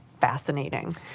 fascinating